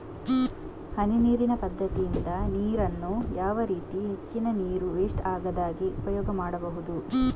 ಹನಿ ನೀರಿನ ಪದ್ಧತಿಯಿಂದ ನೀರಿನ್ನು ಯಾವ ರೀತಿ ಹೆಚ್ಚಿನ ನೀರು ವೆಸ್ಟ್ ಆಗದಾಗೆ ಉಪಯೋಗ ಮಾಡ್ಬಹುದು?